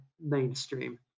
mainstream